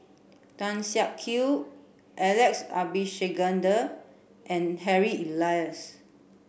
Tan Siak Kew Alex Abisheganaden and Harry Elias